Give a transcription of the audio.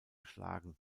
schlagen